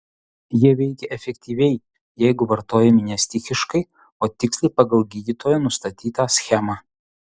jie veikia efektyviai jeigu vartojami ne stichiškai o tiksliai pagal gydytojo nustatytą schemą